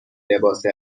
لباس